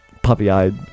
Puppy-eyed